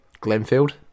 Glenfield